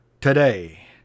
today